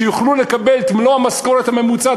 שיוכלו לקבל את מלוא המשכורת הממוצעת,